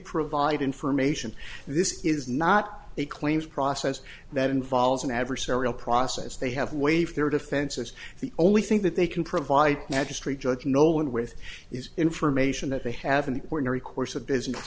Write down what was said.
provide information this is not a claims process that involves an adversarial process they have waived their defenses the only thing that they can provide magistrate judge nolan with is information that they have in the ordinary course of business